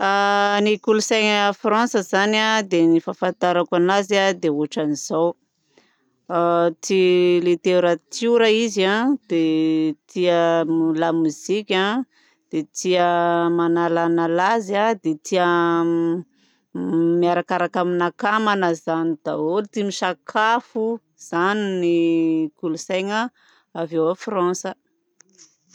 Ny kolontsaina frantsa zany a dia ny fahafantarako anazy dia ohatran'izao tia literatiora izy a dia tia lamozika dia tia manalanala azy dia tia miarakaraka amin'ny akamana zany daholo tia miasakafo. Zany ny kolontsaina avy any Frantsa.